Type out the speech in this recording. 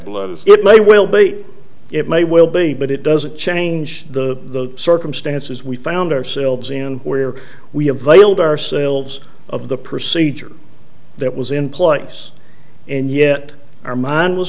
blood it may well be it may well be but it doesn't change the circumstances we found ourselves in where we have availed ourselves of the procedure that was in place and yet our mind was